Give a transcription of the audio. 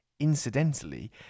Incidentally